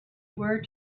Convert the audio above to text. were